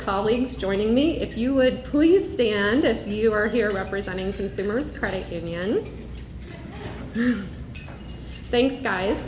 colleagues joining me if you would please stand it you are here representing consumers credit union thanks guys